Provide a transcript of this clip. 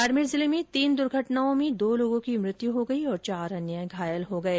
बाडमेर जिले में तीन दुर्घटनाओं में दो लोगों की मृत्यु हो गई और चार लोग घायल हो गये